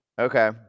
Okay